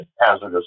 hazardous